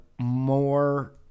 more